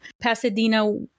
Pasadena